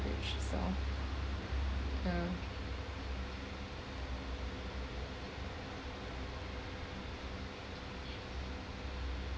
so ya